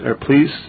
please